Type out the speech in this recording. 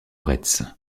retz